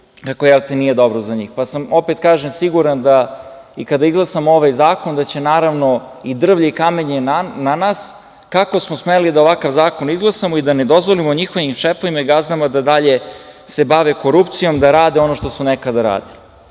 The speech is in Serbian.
kako nije dobro za njih, pa sam siguran i kada izglasamo ovaj zakon da će i drvlje i kamenje na nas, kako smo smeli da ovakav zakon izglasamo i da ne dozvolimo njihovim šefovima i gazdama da dalje se bave korupcijom, da rade ono što su nekada